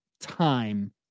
time